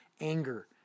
anger